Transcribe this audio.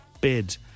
bid